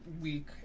week